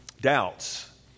Doubts